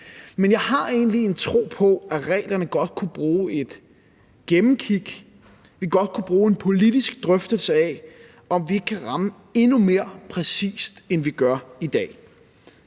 Men jeg har egentlig en tro på, at reglerne godt kunne bruge et gennemsyn, altså at vi godt kunne bruge en politisk drøftelse af, om vi ikke kan ramme endnu mere præcist, end vi gør i dag.